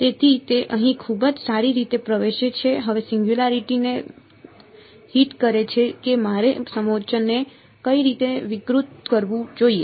તેથી તે અહીં ખૂબ જ સારી રીતે પ્રવેશે છે હવે સિંગયુંલારીટી ને હિટ કરે છે કે મારે સમોચ્ચને કઈ રીતે વિકૃત કરવું જોઈએ